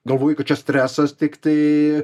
galvoji kad čia stresas tiktai